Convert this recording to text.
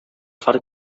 far